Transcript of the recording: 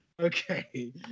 Okay